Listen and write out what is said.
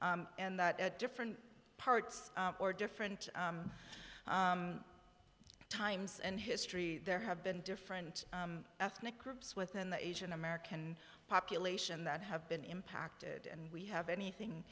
about and that at different parts or different times in history there have been different ethnic groups within the asian american population that have been impacted and we have anything